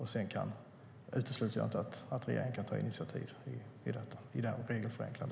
Jag utesluter inte att regeringen sedan kan ta initiativ i riktning mot regelförenkling.